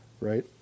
Right